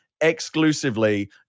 exclusively